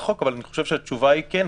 החוק אבל אני חושב שהתשובה היא: כן,